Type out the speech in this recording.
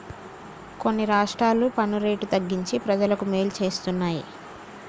కొన్ని రాష్ట్రాలు పన్ను రేటు తగ్గించి ప్రజలకు మేలు చేస్తున్నాయి